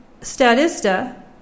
Statista